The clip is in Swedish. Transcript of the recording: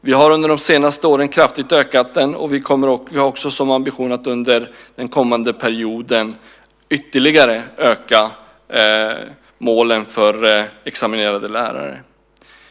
Vi har under de senaste åren kraftigt ökat den, och vi har också som ambition att under den kommande perioden ytterligare öka målen för examinerade lärare.